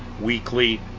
weekly